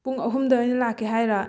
ꯄꯨꯡ ꯑꯍꯨꯝꯗ ꯑꯣꯏꯅ ꯂꯥꯛꯀꯦ ꯍꯥꯏꯔꯣ